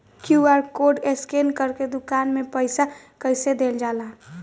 QR code scan करके दुकान में पईसा कइसे देल जाला?